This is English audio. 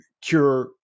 cure